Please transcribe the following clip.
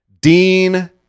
Dean